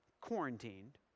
quarantined